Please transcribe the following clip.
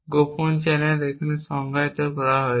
গোপন চ্যানেল এখানে সংজ্ঞায়িত করা হয়েছে